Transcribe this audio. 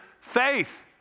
faith